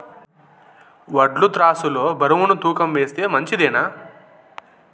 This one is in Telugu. వడ్లు త్రాసు లో బరువును తూకం వేస్తే మంచిదేనా?